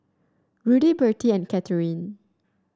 Rudy Bertie and Katheryn